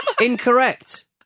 Incorrect